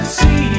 see